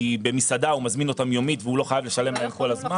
כי במסעדה הוא מזמין אותם יומית והוא לא חייב לשלם להם כל הזמן